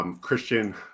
Christian